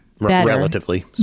relatively